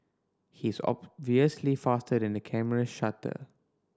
he is obviously faster than the camera shutter